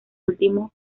último